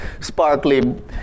sparkly